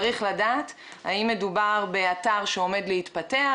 צריך לדעת האם מדובר באתר שעומד להתפתח,